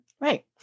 Right